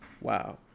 wow